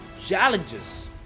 challenges